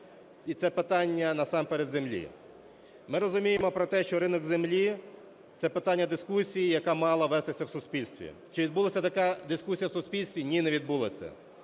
і це питання насамперед землі. Ми розуміємо про те, що ринок землі – це питання дискусії, яка мала вестися в суспільстві. Чи відбулася така дискусія в суспільстві? Ні, не відбулася.